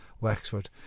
Wexford